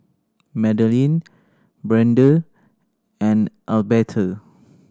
Madalyn Brande and Alberta